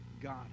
God